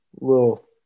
little –